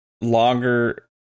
longer